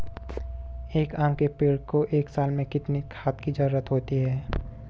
एक आम के पेड़ को एक साल में कितने खाद की जरूरत होती है?